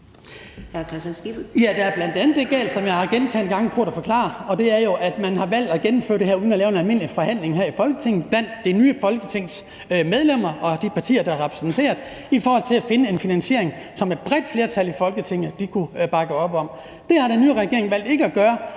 (DD): Der er bl.a. det galt, hvad jeg gentagne gange har prøvet at forklare, at man jo har valgt at gennemføre det her uden at lave en almindelig forhandling her i Folketinget blandt det nye Folketings medlemmer og de partier, der er repræsenteret, i forhold til at finde en finansiering, som et bredt flertal i Folketinget kunne bakke op om. Det har den nye regering valgt ikke at gøre,